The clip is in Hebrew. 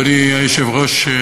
אדוני היושב-ראש,